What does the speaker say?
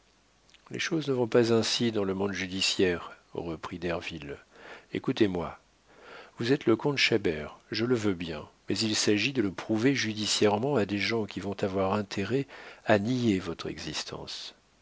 les choses ne vont pas ainsi dans le monde judiciaire reprit derville écoutez-moi vous êtes le comte chabert je le veux bien mais il s'agit de le prouver judiciairement à des gens qui vont avoir intérêt à nier votre existence